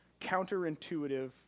counterintuitive